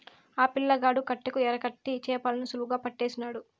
ఆ పిల్లగాడు కట్టెకు ఎరకట్టి చేపలను సులువుగా పట్టేసినాడు